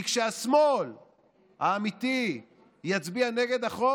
כי כשהשמאל האמיתי יצביע נגד החוק,